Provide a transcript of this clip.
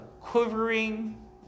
quivering